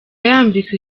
yambikwa